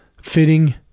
fitting